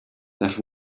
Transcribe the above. that